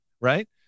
right